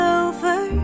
over